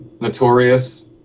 notorious